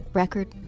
record